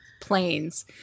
planes